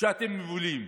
שאתם מובילים.